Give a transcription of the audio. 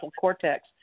cortex